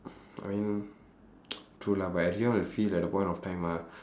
I mean true lah but at the end I will feel that at that point of time ah